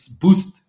boost